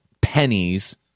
pennies